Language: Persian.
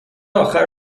آخر